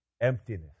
emptiness